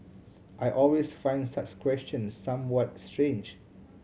I always find such questions somewhat strange